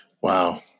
Wow